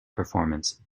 performance